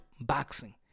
boxing